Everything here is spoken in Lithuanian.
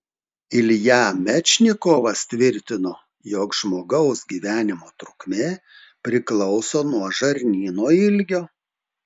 ilja mečnikovas tvirtino jog žmogaus gyvenimo trukmė priklauso nuo žarnyno ilgio